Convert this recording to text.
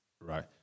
Right